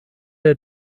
der